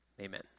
amen